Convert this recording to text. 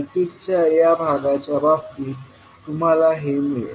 सर्किटच्या या भागाच्या बाबतीत तुम्हाला हे मिळेल